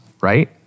right